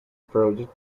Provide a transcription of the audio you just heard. project